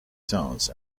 towns